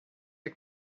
are